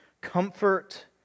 comfort